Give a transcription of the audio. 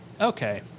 okay